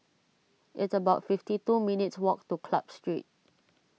it's about fifty two minutes' walk to Club Street